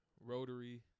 Rotary